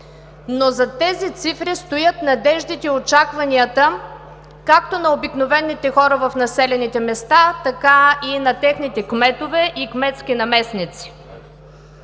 Но зад тези цифри стоят надеждите, очакванията както на обикновените хора в населените места, така и на техните кметове и кметски наместници.